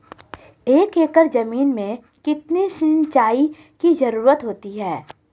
एक एकड़ ज़मीन में कितनी सिंचाई की ज़रुरत होती है?